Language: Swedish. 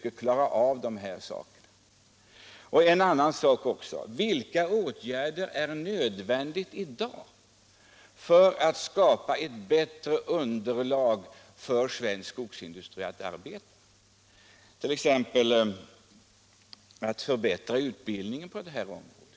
En fråga som man i det här sammanhanget bör ställa sig är vilka åtgärder som i dag är nödvändiga för att skapa ett bättre underlag för den svenska skogsindustrins fortsatta arbete. Behöver vi t.ex. förbättra utbildningen på detta område?